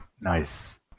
Nice